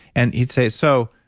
and he'd say, so,